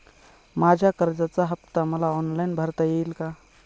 माझ्या कर्जाचा हफ्ता मला ऑनलाईन भरता येईल का?